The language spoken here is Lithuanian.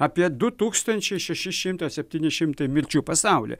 apie du tūkstančiai šeši šimtas septyni šimtai mirčių pasaulyje